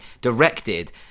directed